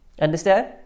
understand